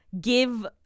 give